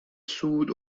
صعود